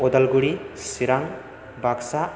Udalguri Chirang Baksa